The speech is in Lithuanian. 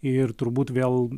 ir turbūt vėl